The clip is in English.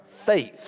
faith